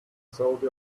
saudi